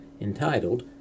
entitled